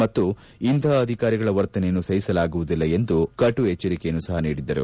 ಮತ್ತು ಇಂಥ ಅಧಿಕಾರಿಗಳ ವರ್ತನೆಯನ್ನು ಸಹಿಸಲಾಗುವುದಿಲ್ಲ ಎಂದು ಕಟು ಎಚ್ಚರಿಕೆಯನ್ನು ಸಹ ನೀಡಿದ್ದರು